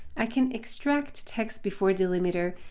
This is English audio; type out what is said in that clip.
i can extract text before delimiter,